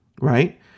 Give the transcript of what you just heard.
right